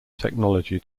technology